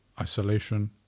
Isolation